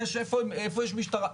איפה יש משטרה?